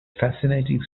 fascinating